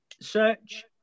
Search